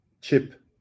chip